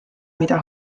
mida